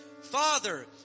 Father